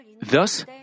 Thus